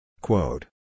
Quote